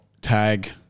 tag